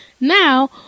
Now